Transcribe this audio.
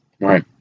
Right